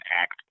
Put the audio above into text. act